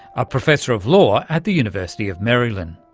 a professor of law at the university of maryland.